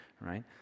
right